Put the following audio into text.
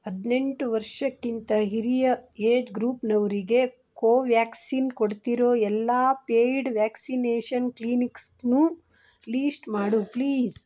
ಹದಿನೆಂಟು ವರ್ಷಕ್ಕಿಂತ ಹಿರಿಯ ಏಜ್ ಗ್ರೂಪ್ನವರಿಗೆ ಕೋವ್ಯಾಕ್ಸಿನ್ ಕೊಡ್ತಿರೋ ಎಲ್ಲ ಪೇಯ್ಡ್ ವ್ಯಾಕ್ಸಿನೇಷನ್ ಕ್ಲಿನಿಕ್ಸನ್ನೂ ಲೀಶ್ಟ್ ಮಾಡು ಪ್ಲೀಸ್